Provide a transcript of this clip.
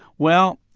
well,